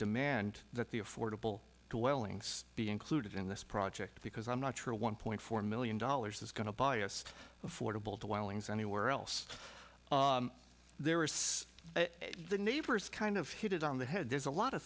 demand that the affordable to welling's be included in this project because i'm not sure one point four million dollars is going to biased affordable dwellings anywhere else there is the neighbor is kind of hit it on the head there's a lot of